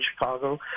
Chicago